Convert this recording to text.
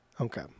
Okay